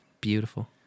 Beautiful